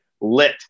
lit